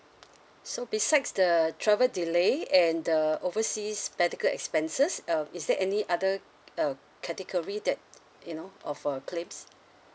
so besides the travel delay and the overseas medical expenses uh is there any other uh category that you know opt for claim